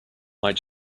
might